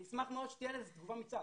אני אשמח מאוד שתהיה לזה תגובה מצה"ל.